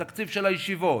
תקציב הישיבות,